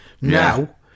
Now